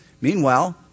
Meanwhile